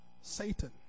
Satan